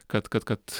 kad kad kad